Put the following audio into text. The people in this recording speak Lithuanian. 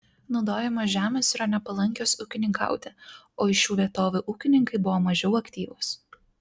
naudojamos žemės yra nepalankios ūkininkauti o iš šių vietovių ūkininkai buvo mažiau aktyvūs